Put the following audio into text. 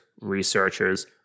researchers